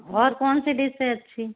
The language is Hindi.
और कौनसी डिश है अच्छी